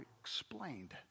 explained